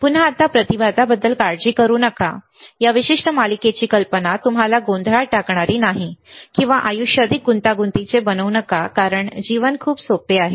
पुन्हा आत्ता प्रतिबाधाबद्दल काळजी करू नका या विशिष्ट मालिकेची कल्पना तुम्हाला गोंधळात टाकणारी नाही किंवा आयुष्य अधिक गुंतागुंतीचे बनवू नका जीवन खूप सोपे आहे